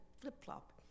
flip-flop